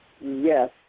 Yes